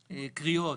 הקריאות.